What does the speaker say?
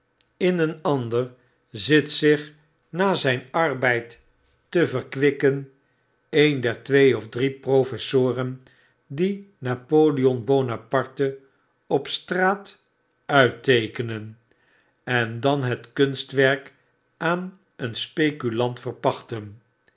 in een ander zit zich na zyn arbeid te verkwikken een der tweeofdrie professoren die napoleon buonaparte op straat uitteekenen en dan het kunstwerk aan een speculant ver